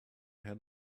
had